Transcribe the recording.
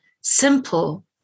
simple